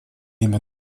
имя